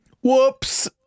whoops